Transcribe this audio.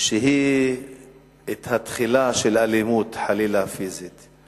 שהיא התחלה של אלימות, חלילה, פיזית.